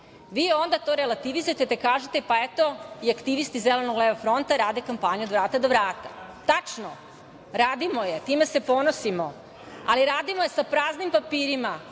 vi onda to relativizujete, te kažete – pa, eto, i aktivisti Zeleno-levog fronta rade kampanju od vrata do vrata. Tačno, radimo je i time se ponosimo, ali radimo je sa praznim papirima.